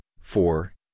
four